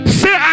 say